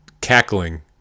cackling